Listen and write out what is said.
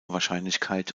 wahrscheinlichkeit